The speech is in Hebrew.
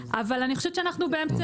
אבל אני חושבת שאנחנו בעצם